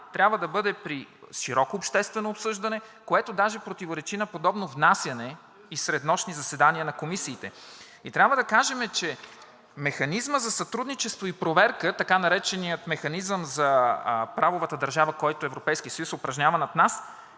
трябва да бъде при широко обществено обсъждане, което даже противоречи на подобно внасяне и среднощни заседания на комисиите. И трябва да кажем, че Механизмът за сътрудничество и проверка, така нареченият Механизъм за правовата държава, който Европейският съюз упражнява над нас,